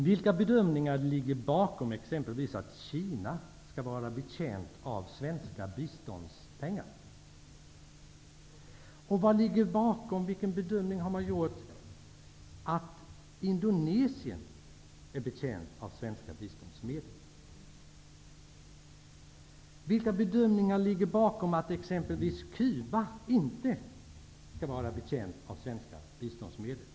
Vilka bedömningar ligger bakom det faktum att exempelvis Kina och Indonesien skall vara betjänta av svenska biståndsmedel? Vilka bedömningar ligger bakom det faktum att exempelvis Cuba inte är betjänt av svenska biståndsmedel?